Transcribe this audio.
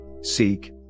seek